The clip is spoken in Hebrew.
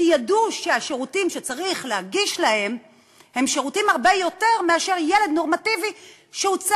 כי ידעו שצריך להגיש להם הרבה יותר שירותים מאשר לילד נורמטיבי שהוצא